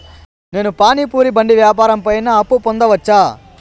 నేను పానీ పూరి బండి వ్యాపారం పైన అప్పు పొందవచ్చా?